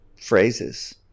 phrases